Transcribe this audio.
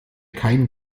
kein